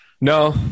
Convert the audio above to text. no